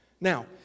Now